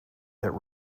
that